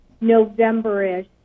November-ish